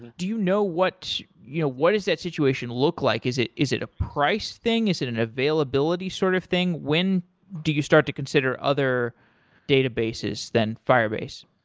do you know what you know what is that situation look like? is it is it a price thing? is it an availability sort of thing? when do you start to consider other databases than firebase?